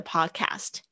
Podcast